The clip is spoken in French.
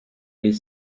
est